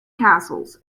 castles